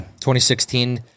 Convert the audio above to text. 2016